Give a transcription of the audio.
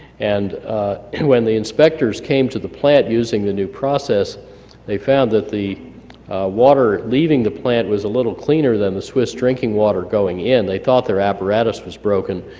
and and when the inspectors came to the plant using the new process they found that the water leaving the plant was a little cleaner than the swiss drinking water going in they thought their apparatus was broken,